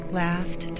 last